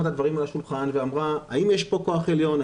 את הדברים על השולחן ואמרה האם יש פה כוח עליון,